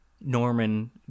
Norman